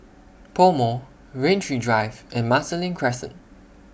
Pomo Rain Tree Drive and Marsiling Crescent